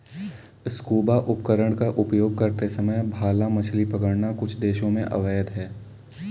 scuba उपकरण का उपयोग करते समय भाला मछली पकड़ना कुछ देशों में अवैध है